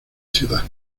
ciudad